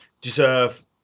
deserve